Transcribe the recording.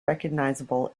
recognizable